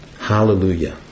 hallelujah